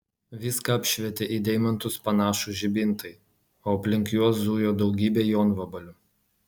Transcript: viską apšvietė į deimantus panašūs žibintai o aplink juos zujo daugybė jonvabalių